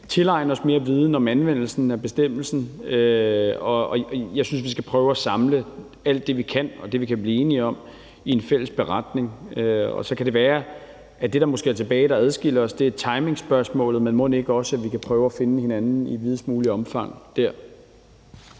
tilegne os mere viden om anvendelsen af bestemmelsen, og jeg synes, at vi skal prøve at samle alt det, vi kan, og det, vi kan blive enige om, i en fælles beretning. Og så kan det være, at det, der måske er tilbage, som adskiller os, er timingspørgsmålet, men mon ikke også, at vi kan prøve at finde hinanden i videst muligt omfang der?